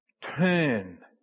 Turn